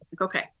okay